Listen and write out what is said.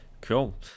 Cool